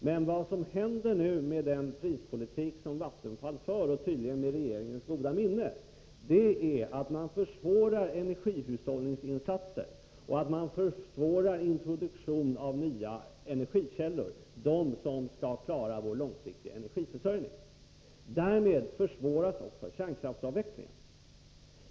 Men vad som nu händer med den prispolitik som Vattenfall för — och tydligen med regeringens goda minne — är att man försvårar energihushållningsinsatser och försvårar introduktion av nya energikällor, som skall klara vår långsiktiga energiförsörjning. Därmed försvåras också kärnkraftsavvecklingen.